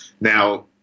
Now